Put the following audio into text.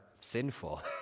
sinful